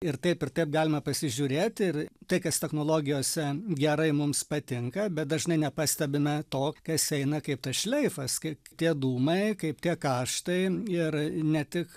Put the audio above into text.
ir taip ir taip galima pasižiūrėt ir tai kas technologijose gerai mums patinka bet dažnai nepastebime to kas eina kaip tas šleifas kai tie dūmai kaip tie kaštai ir ne tik